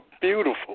Beautiful